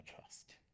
Trust